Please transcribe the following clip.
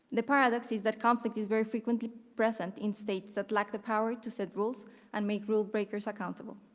the paradox is that conflict is very frequently present in states that lack the power to set rules and make rule breakers accountable.